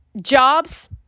jobs